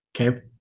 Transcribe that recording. Okay